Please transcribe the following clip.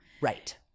Right